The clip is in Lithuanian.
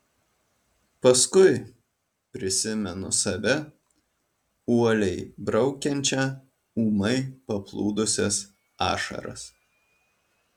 paskui prisimenu save uoliai braukiančią ūmai paplūdusias ašaras